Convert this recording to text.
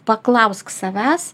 paklausk savęs